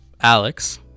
alex